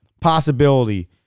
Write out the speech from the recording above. possibility